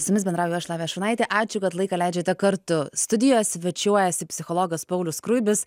su jumis bendrauju aš lavija šurnaitė ačiū kad laiką leidžiate kartu studijoje svečiuojasi psichologas paulius skruibis